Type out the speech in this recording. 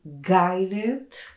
guided